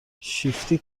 شیفتی